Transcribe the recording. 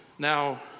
Now